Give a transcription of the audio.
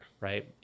right